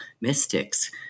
mystics